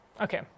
okay